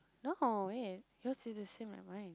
no wait yours is the same like mine